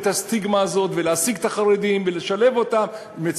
את הסטיגמה הזאת ולהעסיק את החרדים ולשלב אותם.